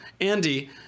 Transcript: Andy